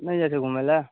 नहि जाइ छै घुमै लए